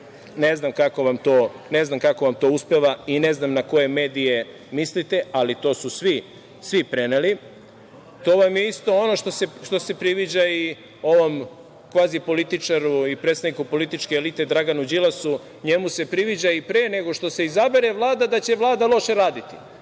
ne znam kako vam to uspeva i ne znam na koje medije mislite, ali to su svi preneli. To vam je isto ono što se priviđa onom kvazi političaru i predstavniku političke elite Draganu Đilasu. Njemu se priviđa i pre nego što se izabere Vlada da će Vlada loše raditi,